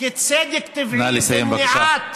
כצדק טבעי, מניעת